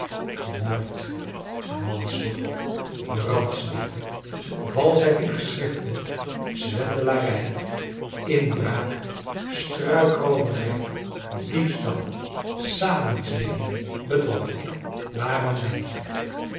moord manslag brandstichting valschheid in geschrifte zwendelarij inbraak struikrooverij diefstal samenzwering bedrog waaraan denk je